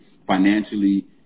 financially